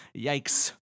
yikes